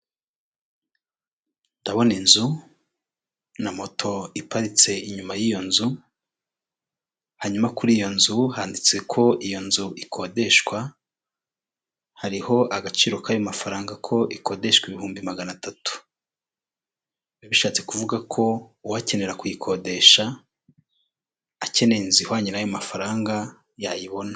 Ndabona inzu na moto iparitse inyuma y'iyo nzu, hanyuma kuri iyo nzu handitse ko iyo nzu ikodeshwa, hariho agaciro k'ayo mafaranga ko ikodeshwa ibihumbi magana atatu, bishatse kuvuga ko uwakenera kuyikodesha akeneye inzu ihwanye n'ayo amafaranga yayibona.